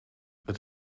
het